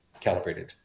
calibrated